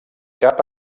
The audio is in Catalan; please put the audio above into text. cap